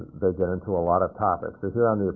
they get into a lot of topics. if you're on